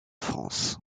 france